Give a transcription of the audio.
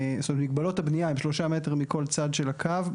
זאת אומרת מגבלות הבנייה הם 3 מטר מכל צד של הקו.